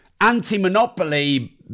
anti-monopoly